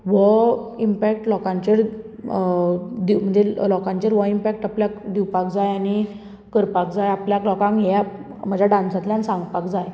वो इम्पेक्ट लोकांचेर लोकांचेर हो इमपेक्ट आपल्याक दिवपाक जाय आनी करपाक जाय आपल्याक लोकांक ह्या म्हज्या डान्सांतल्यान सांगपाक जाय